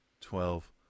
twelve